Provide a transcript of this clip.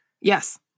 Yes